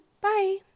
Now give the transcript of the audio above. Bye